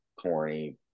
corny